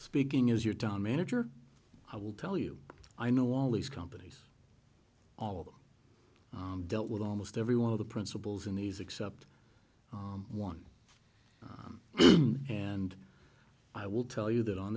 speaking as your town manager i will tell you i know all these companies all of them dealt with almost every one of the principals in these except one and i will tell you that on